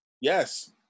Yes